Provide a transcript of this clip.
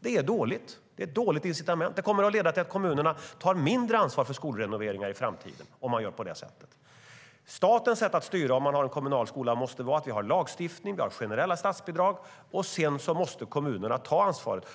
Det är dåligt och kommer att leda till att kommunerna tar mindre ansvar för skolrenoveringar i framtiden. Statens sätt att styra den kommunala skolan måste vara att ha lagstiftning och generella statsbidrag. Sedan måste kommunerna ta ansvaret.